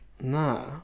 Nah